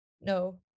no